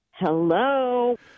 Hello